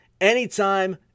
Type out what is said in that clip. anytime